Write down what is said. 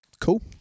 Cool